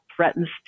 threatens